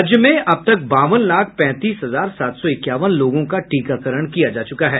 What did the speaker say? राज्य में अब तक बावन लाख पैंतीस हजार सात सौ इक्यावन लोगों का टीकाकरण किया जा चुका है